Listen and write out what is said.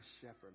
shepherd